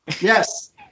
Yes